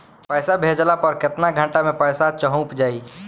पैसा भेजला पर केतना घंटा मे पैसा चहुंप जाई?